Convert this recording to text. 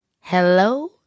Hello